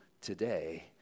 today